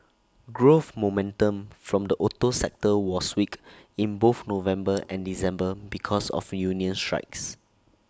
growth momentum from the auto sector was weak in both November and December because of union strikes